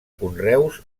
conreus